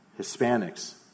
Hispanics